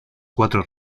cuatro